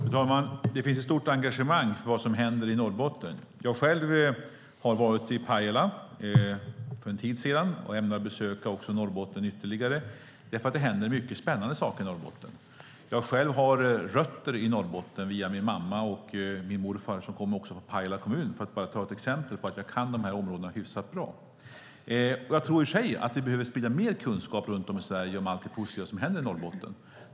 Fru talman! Det finns ett stort engagemang för vad som händer i Norrbotten. Jag var själv i Pajala för en tid sedan och ämnar besöka Norrbotten ytterligare, för det händer mycket spännande saker där. Jag har rötter i Norrbotten genom min mamma och morfar som kom från Pajala kommun. Jag kan därför dessa områden hyfsat bra. Jag tror i och för sig att vi behöver sprida mer kunskap runt om i Sverige om allt det positiva som händer i Norrbotten.